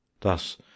Thus